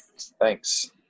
Thanks